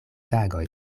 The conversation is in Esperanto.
tagoj